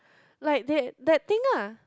like that that thing ah